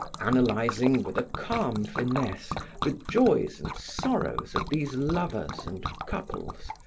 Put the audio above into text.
analyzing with a calm finesse the joys and sorrows of these lovers and couples,